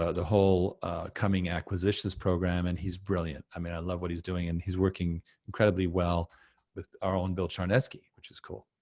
ah the whole coming acquisitions program, and he's brilliant. i mean i love what he's doing and he's working incredibly well with our own bill charneski, which is cool.